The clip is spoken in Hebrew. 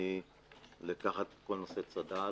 ממני לקחת את כל נושא צד"ל.